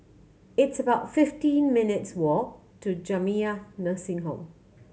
it's about fifteen minutes' walk to Jamiyah Nursing Home